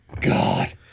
God